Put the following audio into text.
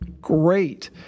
great